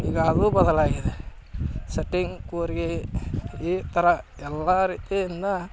ಈಗ ಅದೂ ಬದಲಾಗಿದೆ ಸೆಟ್ಟಿಂಗ್ ಕೂರ್ಗೆ ಈ ಥರ ಎಲ್ಲ ರೀತಿಯಿಂದ